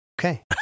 Okay